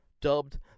dubbed